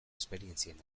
esperientzien